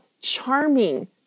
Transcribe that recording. charming